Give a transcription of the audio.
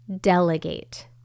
delegate